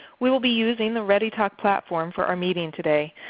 we will be using the readytalk platform for our meeting today.